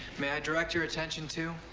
may i direct your attention to